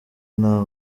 nta